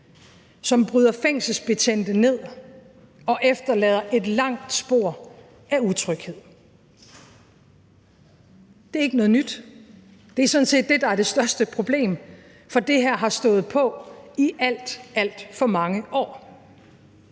som bryder fængselsbetjente ned og efterlader et langt spor af utryghed. Det er ikke noget nyt, og det er sådan set det, der er det største problem, for det her har stået på i alt, alt for mange år.